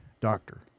doctor